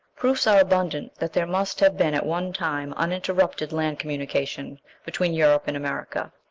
proofs are abundant that there must have been at one time uninterrupted land communication between europe and america.